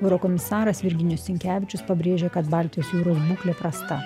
eurokomisaras virginijus sinkevičius pabrėžė kad baltijos jūros būklė prasta